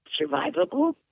survivable